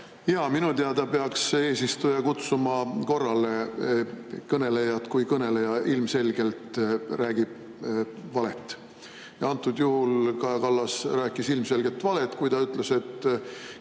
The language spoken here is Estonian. Minu teada peaks eesistuja kutsuma korrale kõnelejat, kui kõneleja räägib ilmselgelt valet. Antud juhul Kaja Kallas rääkis ilmselgelt valet, kui ta ütles, et